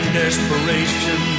desperation